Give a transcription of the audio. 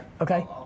Okay